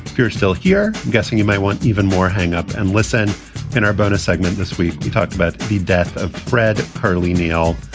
you're still here guessing you may want even more. hang up and listen in our bonus segment this week. he talked about the death of fred hurley neal,